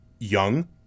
young